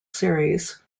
series